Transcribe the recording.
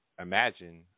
imagine